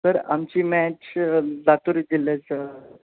sir आमची match Latur जिल्ह्याचं